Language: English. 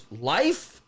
life